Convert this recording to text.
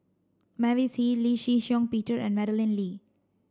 Mavis Hee Lee Shih Shiong Peter and Madeleine Lee